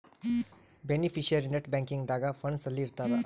beneficiary net banking ದಾಗ funds ಅಲ್ಲಿ ಇರ್ತದ